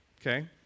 okay